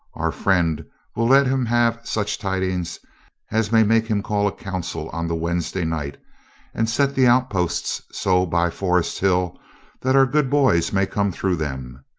our friend will let him have such tidings as may make him call a council on the wednesday night and set the outposts so by forest hill that our good boys may come through them.